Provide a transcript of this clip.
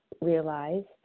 realized